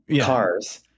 cars